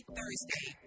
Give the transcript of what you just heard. Thursday